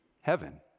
Heaven